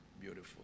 Beautiful